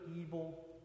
evil